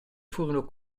furono